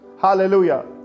hallelujah